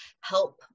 help